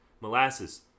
molasses